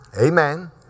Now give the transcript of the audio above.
Amen